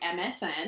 MSN